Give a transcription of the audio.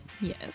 Yes